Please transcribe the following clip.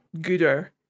gooder